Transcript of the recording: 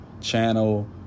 channel